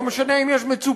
לא משנה אם יש מצוקה,